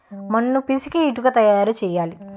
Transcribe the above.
మన్ను పిసికి ఇటుక తయారు చేయాలి